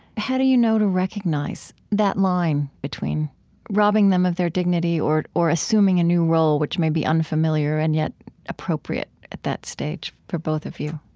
you know to recognize that line between robbing them of their dignity or or assuming a new role, which may be unfamiliar and yet appropriate at that stage for both of you?